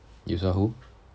you saw who